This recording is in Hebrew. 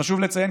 חשוב לציין,